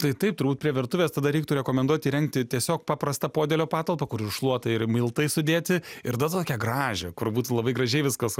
tai taip turbūt prie virtuvės tada reiktų rekomenduot įrengti tiesiog paprastą podėlio patalpą kur ir šluota ir miltai sudėti ir dar tą tokią gražią kur būtų labai gražiai viskas